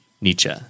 Nietzsche